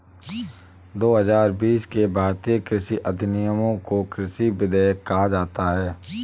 दो हजार बीस के भारतीय कृषि अधिनियमों को कृषि विधेयक कहा जाता है